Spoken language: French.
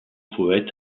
poètes